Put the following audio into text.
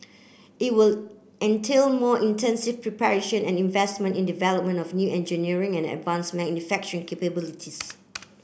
it will entail more intensive preparation and investment in the development of new engineering and advanced manufacturing capabilities